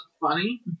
funny